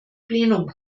plenum